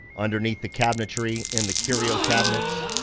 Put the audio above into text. underneath the cabinetry, in the curio cabinets,